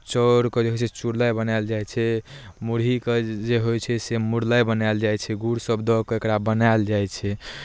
चाउरके जे होइ छै चुड़लाइ बनायल जाइ छै मुरहीके जे होइ छै से मुरलाइ बनायल जाइ छै गुड़सभ दऽ कऽ एकरा बनायल जाइ छै